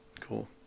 Cool